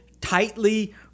tightly